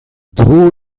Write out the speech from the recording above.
dro